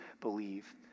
believe